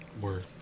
Word